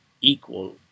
equal